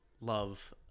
love